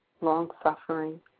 long-suffering